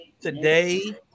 Today